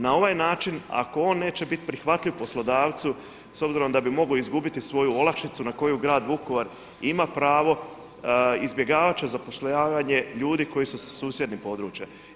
Na ovaj način ako on neće biti prihvatljiv poslodavcu, s obzirom da bi mogao izgubiti svoju olakšicu na koju Grad Vukovar ima pravo, izbjegavat će zapošljavanje ljudi koji su sa susjednih područja.